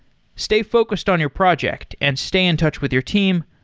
stay focused on your project and stay in touch with your team.